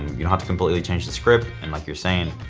you don't have to completely change the script. and like you're saying,